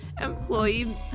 employee